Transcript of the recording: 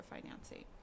financing